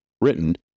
written